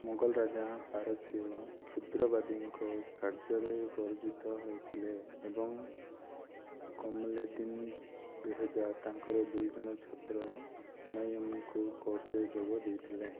ମୋଗଲ ରାଜା ପାରସ୍ୟ କ୍ଷୁଦ୍ରବାଦୀଙ୍କ କାର୍ଯ୍ୟରେ ପରିଚିତ ହୋଇଥିଲେ ଏବଂ କମଲେଦିନ ବେହଜାଦ ତାଙ୍କର ଦୁଇ ଜଣ ଛାତ୍ର ହୁମାୟୁନଙ୍କ କୋର୍ଟରେ ଯୋଗ ଦେଇଥିଲେ